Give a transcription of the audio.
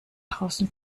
draußen